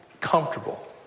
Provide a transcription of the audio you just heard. comfortable